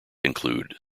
include